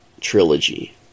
trilogy